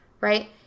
right